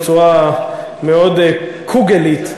בצורה מאוד קוגלית,